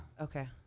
Okay